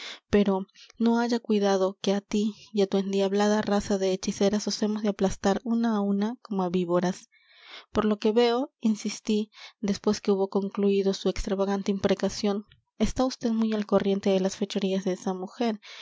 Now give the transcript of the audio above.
pero no haya cuidado que á ti y á tu endiablada raza de hechiceras os hemos de aplastar una á una como á víboras por lo que veo insistí después que hubo concluído su extravagante imprecación está usted muy al corriente de las fechorías de esa mujer